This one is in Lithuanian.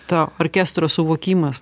to orkestro suvokimas